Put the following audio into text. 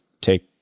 take